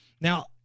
Now